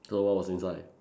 so what was inside